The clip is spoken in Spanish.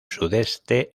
sudeste